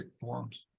forums